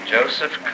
Joseph